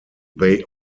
they